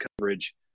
coverage